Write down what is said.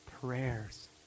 prayers